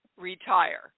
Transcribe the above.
retire